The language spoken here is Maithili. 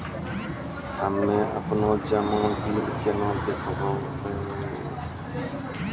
हम्मे आपनौ जमा बिल केना देखबैओ?